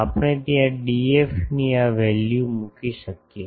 તો આપણે ત્યાં Df ની આ વેલ્યુ મૂકી શકીએ